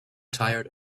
tired